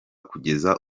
kugeza